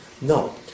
No